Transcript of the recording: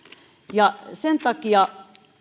ja sen takia